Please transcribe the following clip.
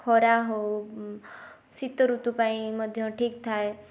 ଖରା ହଉ ଶୀତ ଋତୁ ପାଇଁ ମଧ୍ୟ ଠିକ୍ ଥାଏ